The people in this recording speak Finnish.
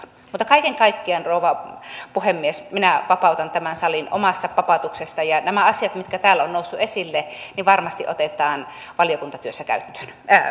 mutta kaiken kaikkiaan rouva puhemies minä vapautan tämän salin omasta papatuksestani ja nämä asiat mitkä täällä ovat nousseet esille varmasti otetaan valiokuntatyössä huomioon